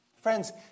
Friends